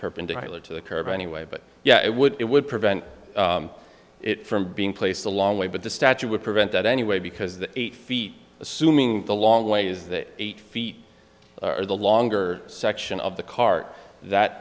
perpendicular to the curb anyway but yeah it would it would prevent it from being placed a long way but the statue would prevent that anyway because the eight feet assuming the long way is that eight feet are the longer section of the cart that